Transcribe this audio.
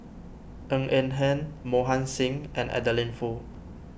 Ng Eng Hen Mohan Singh and Adeline Foo